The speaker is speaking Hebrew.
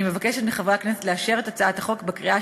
אני מבקשת מחברי הכנסת לאשר את הצעת החוק בקריאה